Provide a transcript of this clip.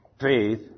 faith